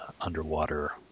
underwater